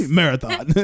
Marathon